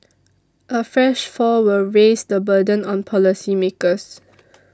a fresh fall will raise the burden on policymakers